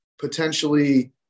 potentially